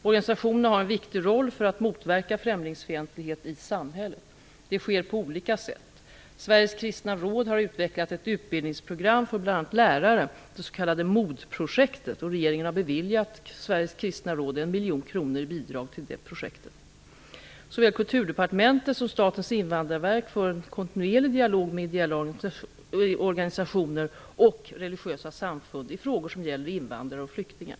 Organisationerna har en viktig roll för att motverka främlingsfientlighet i samhället. Det sker på olika sätt. Sveriges kristna råd har utvecklat ett utbildningsprogram för bl.a. lärare, det s.k. MOD-projektet. Regeringen har beviljat Sveriges kristna råd en miljon kronor i bidrag till det projektet. Såväl Kulturdepartementet som Statens invandrarverk för en kontinuerlig dialog med ideella organisationer och religiösa samfund i frågor som gäller invandrare och flyktingar.